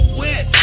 wet